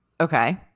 Okay